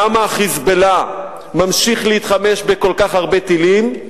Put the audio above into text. למה ה"חיזבאללה" ממשיך להתחמש בכל כך הרבה טילים?